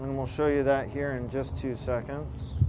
and we'll show you that here in just two seconds